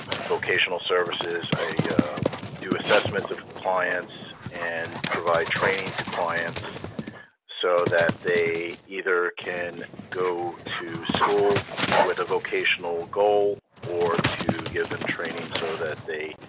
ah vocational services. i do assessments of clients and provide training to clients so that they either can go to school with a vocational goal or to give them training so that they